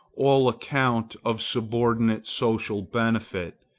all account of subordinate social benefit,